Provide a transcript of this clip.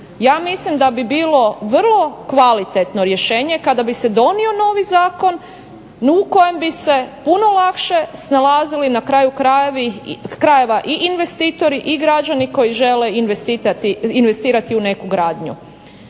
ja mislim da bi bilo vrlo kvalitetno rješenje kada bi se donio novi zakon u kojem bi se puno lakše snalazili na kraju krajeva i investitori i građani koji žele investirati u neku gradnju.